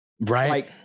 Right